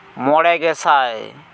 ᱢᱚᱬᱮ ᱜᱮᱥᱟᱭ